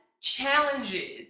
challenges